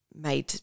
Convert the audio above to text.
made